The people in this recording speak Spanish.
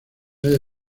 halla